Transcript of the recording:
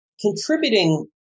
contributing